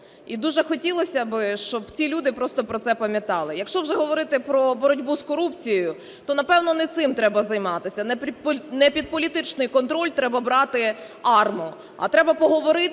І дуже хотілось би, щоб ці люди просто про це пам'ятали. Якщо вже говорити про боротьбу з корупцією, то напевно, не цим треба займатися, не під політичний контроль треба брати АРМА, а треба поговорити,